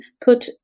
put